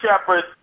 Shepard